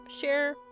share